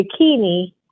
zucchini